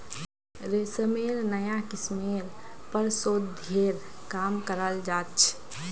रेशमेर नाया किस्मेर पर शोध्येर काम कराल जा छ